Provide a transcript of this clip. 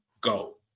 go